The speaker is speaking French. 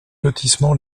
lotissement